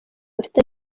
bafite